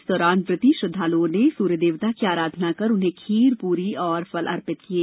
इस दौरान व्रती श्रद्वालुओं ने सूर्य देवता की आराधना कर उन्हें खीर पूरी और फल अर्पित किये